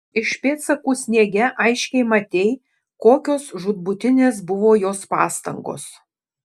iš pėdsakų sniege aiškiai matei kokios žūtbūtinės buvo jos pastangos